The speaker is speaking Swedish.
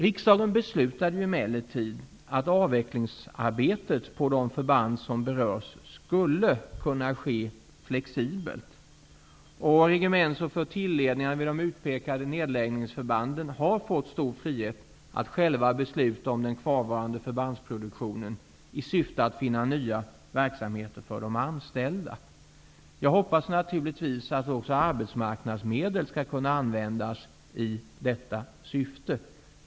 Riksdagen beslutade emellertid att avvecklingsarbetet på de förband som berörs skulle ske flexibelt. Och regements och flottiljledningarna vid de utpekade nedläggningsförbanden har fått stor frihet att själva besluta om den kvarvarande förbandsproduktionen i syfte att finna nya verksamheter för de anställda. Jag hoppas naturligtvis att också arbetsmarknadsmedel skall användas i detta syfte.